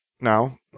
now